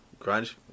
Grunge